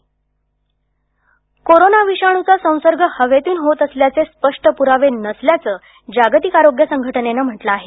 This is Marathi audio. कोरोना कोरोना विषाणूचा संसर्ग हवेतून होत असल्याचे स्पष्ट पुरावे नसल्याचं जागतिक आरोग्य संघटनेनं म्हटलं आहे